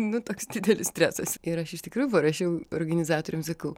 nu toks didelis stresas ir aš iš tikrųjų parašiau organizatoriams sakau